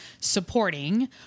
supporting